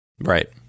Right